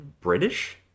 British